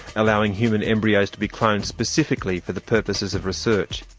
allowing human embryos to be cloned specifically for the purposes of research.